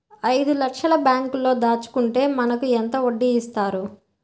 ఐదు లక్షల బ్యాంక్లో దాచుకుంటే మనకు ఎంత వడ్డీ ఇస్తారు?